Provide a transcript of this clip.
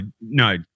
no